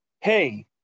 Hey